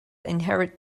inherit